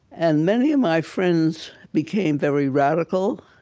and many of my friends became very radical.